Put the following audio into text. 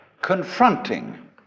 confronting